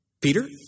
Peter